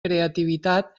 creativitat